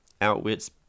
outwits